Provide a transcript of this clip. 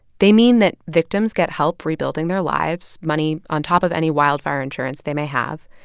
they mean that victims get help rebuilding their lives money on top of any wildfire insurance they may have.